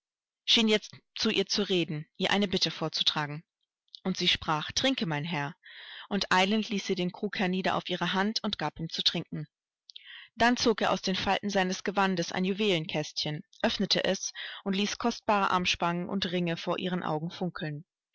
schien jetzt zu ihr zu reden ihr eine bitte vorzutragen und sie sprach trinke mein herr und eilend ließ sie den krug hernieder auf ihre hand und gab ihm zu trinken dann zog er aus den falten seines gewandes ein juwelenkästchen öffnete es und ließ kostbare armspangen und ringe vor ihren augen funkeln